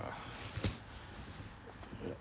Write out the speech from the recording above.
yup